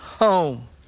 home